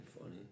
funny